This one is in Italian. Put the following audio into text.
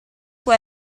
può